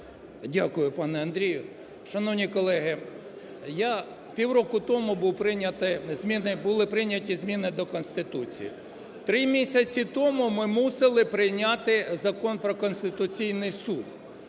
Дякую, пане Андрію. Шановні колеги, я півроку тому був прийнятий, були прийняті зміни до конституції. Три місяці тому ми мусили прийняти Закон "Про Конституційний Суд".